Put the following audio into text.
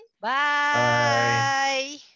Bye